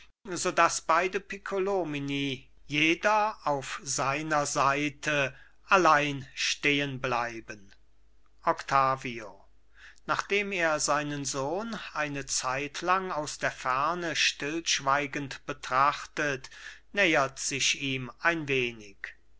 so daß beide piccolomini jeder auf seiner seite allein stehenbleiben octavio nachdem er seinen sohn eine zeitlang aus der ferne stillschweigend betrachtet nähert sich ihm ein wenig